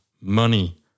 money